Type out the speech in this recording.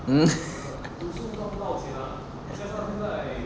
mm